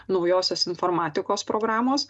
naujosios informatikos programos